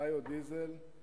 ביודיזל.